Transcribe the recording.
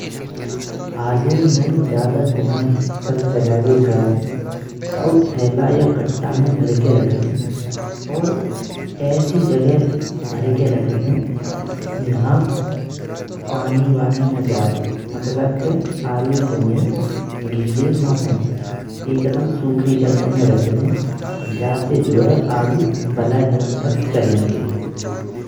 आलू ने ज्यादा दिना तक चलैयेवे काज, काऊ थैला या कट्टा में भर कें रख देन। और ऐसी जगह भर कें रख देन, जहां पानी वानी न जाये। मतलब के आलू जो है गीले न होयें, एकदम सुखी जगह में रख दे जाते जो है आलू बालये दिनन तक चलेंगे।